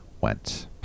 went